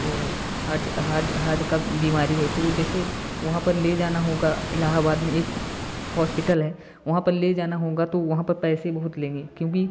वो heart heart heart का बीमारी है तो जैसे वहाँ पर ले जाना होगा इलाहाबाद में एक हॉस्पिटल है वहाँ पर ले जाना होगा तो वहाँ पर पैसे बहुत लेंगे क्योंकि